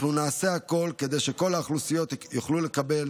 אנחנו נעשה הכול כדי שכל האוכלוסיות יוכלו לקבל